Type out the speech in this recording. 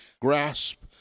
grasp